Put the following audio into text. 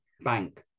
bank